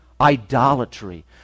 idolatry